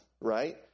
right